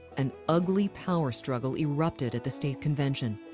an ugly power struggle erupted at the state convention.